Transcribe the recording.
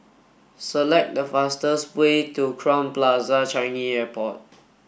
select the fastest way to Crowne Plaza Changi Airport